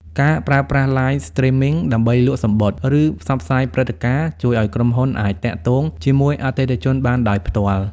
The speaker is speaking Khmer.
ការប្រើប្រាស់ "Live Streaming" ដើម្បីលក់សំបុត្រ ឬផ្សព្វផ្សាយព្រឹត្តិការណ៍ ជួយឱ្យក្រុមហ៊ុនអាចទាក់ទងជាមួយអតិថិជនបានដោយផ្ទាល់។